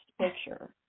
picture